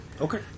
Okay